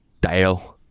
dale